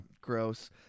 gross